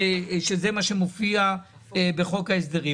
שזה מה שמופיע בחוק ההסדרים.